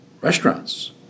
restaurants